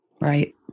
Right